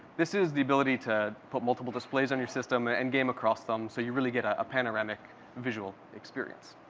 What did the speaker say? this is the ability to put multiple displays on your system and game across them so you really get a panoramic visual experience.